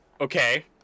Okay